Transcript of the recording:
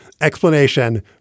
Explanation